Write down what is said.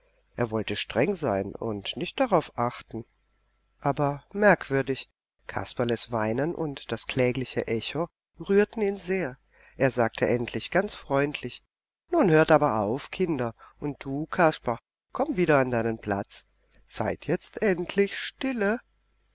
er wollte streng sein und nicht darauf achten aber merkwürdig kasperles weinen und das klägliche echo rührten ihn sehr er sagte endlich ganz freundlich nun hört aber auf kinder und du kasper komm wieder an deinen platz seid jetzt endlich stille